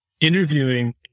interviewing